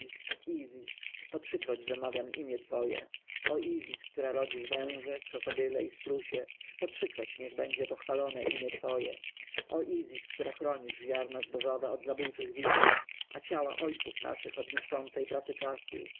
po trzykroć wymawiam imię twoje o izis która rodzisz węże krokodyle i strusie po trzykroć niech będzie pochwalone imię twoje o izis która chronisz ziarna zbożowe od zabójczych wichrów a ciała ojców naszych od niszczącej pracy czasu